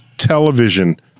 television